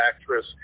actress